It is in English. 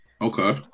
Okay